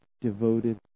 devoted